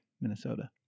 Minnesota